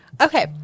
okay